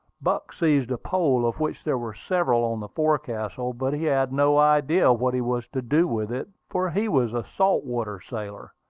buck seized a pole, of which there were several on the forecastle but he had no idea what he was to do with it, for he was a salt-water sailor.